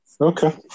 Okay